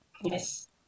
Yes